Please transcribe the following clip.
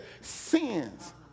sins